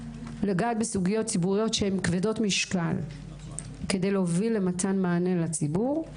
לגעת בסוגיות ציבוריות שהן כבדות משקל כדי להוביל למתן מענה לציבור,